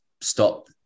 stop